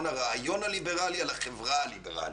הרעיון הליברלי על החברה הליברלית.